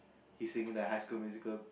he sing the high school musicial